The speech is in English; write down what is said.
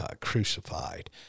crucified